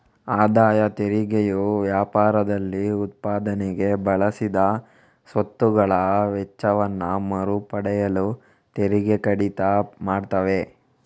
ಆದಾಯ ತೆರಿಗೆಯು ವ್ಯಾಪಾರದಲ್ಲಿ ಉತ್ಪಾದನೆಗೆ ಬಳಸಿದ ಸ್ವತ್ತುಗಳ ವೆಚ್ಚವನ್ನ ಮರು ಪಡೆಯಲು ತೆರಿಗೆ ಕಡಿತ ಮಾಡ್ತವೆ